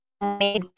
made